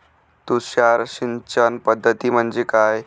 तुषार सिंचन पद्धती म्हणजे काय?